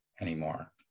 anymore